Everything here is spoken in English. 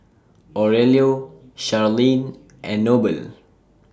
Aurelio Sharleen and Noble